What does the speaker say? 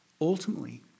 Ultimately